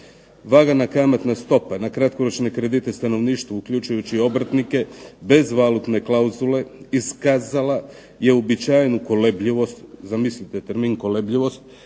Vagana kamatna stopa na kratkoročne stanovništvu uključujući i obrtnike bez valutne klauzule iskazala je uobičajenu kolebljivost", zamislite termin kolebljivost